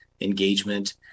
engagement